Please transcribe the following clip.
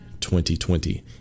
2020